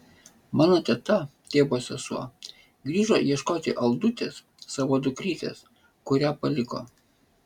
mano teta tėvo sesuo grįžo ieškoti aldutės savo dukrytės kurią paliko